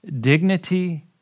dignity